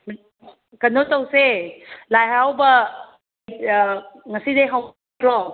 ꯀꯩꯅꯣ ꯇꯧꯁꯦ ꯂꯥꯏ ꯍꯔꯥꯎꯕ ꯉꯁꯤꯗꯩ ꯍꯧꯕ꯭ꯔꯣ